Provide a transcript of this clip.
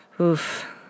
Oof